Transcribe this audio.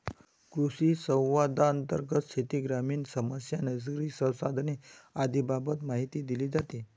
कृषिसंवादांतर्गत शेती, ग्रामीण समस्या, नैसर्गिक संसाधने आदींबाबत माहिती दिली जाते